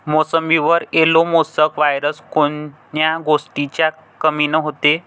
मोसंबीवर yellow mosaic virus कोन्या गोष्टीच्या कमीनं होते?